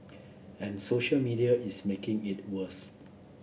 and social media is making it worse